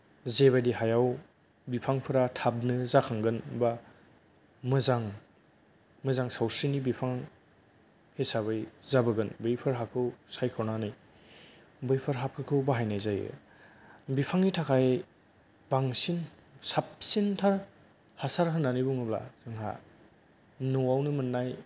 जेबायदि हायाव बिफांफोरा थाबनो जाखांगोन एबा मोजां सावस्रिनि बिफां हिसाबै जाबोगोन बेफोर हाखौ सायख'नानै बैफोर हाफोरखौ बाहायनाय जायो बिफांनि थाखाय बांसिन साबसिनथार हासार होननानै बुंङोबा जोंहा न'आवनो मोननाय